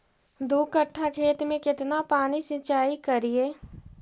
दू कट्ठा खेत में केतना पानी सीचाई करिए?